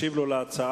ישיב לו על ההצעה